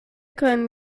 können